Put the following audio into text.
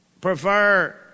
prefer